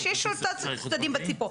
יש עוד שני צדדים בסיפור.